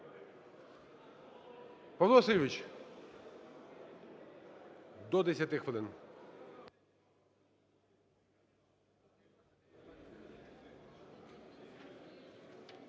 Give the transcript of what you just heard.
Павло Васильович, до 10 хвилин.